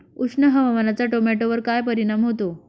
उष्ण हवामानाचा टोमॅटोवर काय परिणाम होतो?